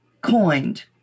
coined